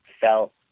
felt